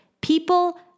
people